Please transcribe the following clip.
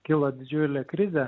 kilo didžiulė krizė